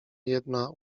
jedna